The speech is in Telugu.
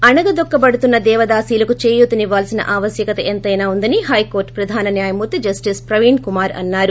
అణగదొక్క బడుతున్న దేవదాసీలకు చేయూత నివ్వాల్సిన ఆవశ్యకత ఎంతైనా వుందని హైకోర్లు ప్రధాన న్యాయమూర్తి జస్టిస్ ప్రవీణ్ కుమార్ అన్నారు